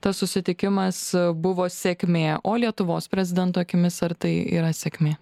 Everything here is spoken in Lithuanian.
tas susitikimas buvo sėkmė o lietuvos prezidento akimis ar tai yra sėkmė